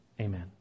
amen